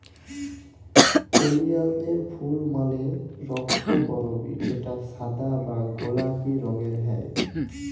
ওলিয়ালদের ফুল মালে রক্তকরবী যেটা সাদা বা গোলাপি রঙের হ্যয়